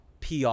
PR